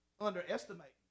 Underestimate